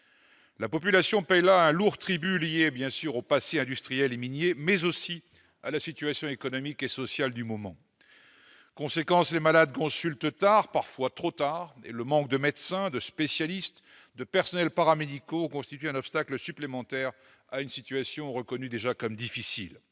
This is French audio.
La population paye là un lourd tribut lié, bien sûr, au passé industriel et minier, mais aussi à la situation économique et sociale du moment. Résultat : les malades consultent tard, parfois trop tard, et le manque de médecins, de spécialistes et de personnels paramédicaux constitue un obstacle supplémentaire dans une situation déjà reconnue comme difficile.